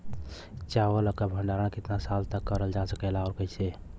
चावल क भण्डारण कितना साल तक करल जा सकेला और कइसे?